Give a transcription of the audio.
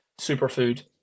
superfood